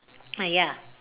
ah ya